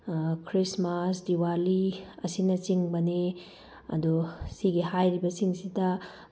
Christmas Diwali ꯑꯁꯤꯅ ꯆꯤꯡꯕꯅꯤ ꯑꯗꯣ ꯁꯤꯒꯤ ꯍꯥꯏꯔꯤꯕ ꯁꯤꯡꯁꯤꯗ